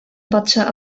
патша